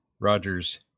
Rogers